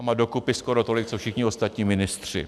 Ta má do kupy skoro tolik, co všichni ostatní ministři.